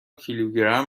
کیلوگرم